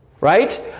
right